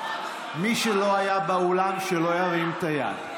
מי שלא היה באולם, שלא ירים את היד.